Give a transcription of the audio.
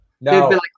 No